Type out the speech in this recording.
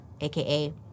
AKA